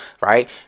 right